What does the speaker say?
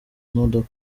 imodoka